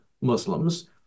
Muslims